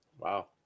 Wow